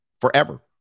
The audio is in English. forever